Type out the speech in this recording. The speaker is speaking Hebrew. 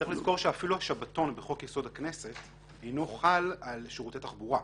צריך לזכור שאפילו השבתון בחוק יסוד: הכנסת אינו חל על שירותי תחבורה.